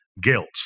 guilt